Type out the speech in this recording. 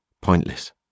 Pointless